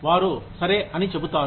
వారు సరే అని చెబుతారు